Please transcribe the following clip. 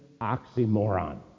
oxymoron